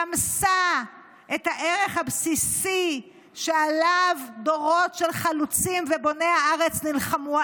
רמסה את הערך הבסיסי שעליו דורות של חלוצים ובוני הארץ נלחמו,